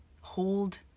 hold